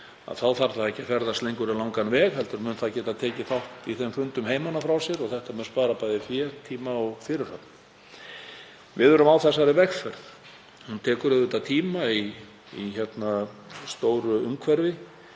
að mynda ekki að ferðast lengur um langan veg heldur mun það geta tekið þátt í þeim fundum heiman að frá sér og það mun spara bæði fé, tíma og fyrirhöfn. Við erum á þessari vegferð, hún tekur auðvitað tíma í stóru umhverfi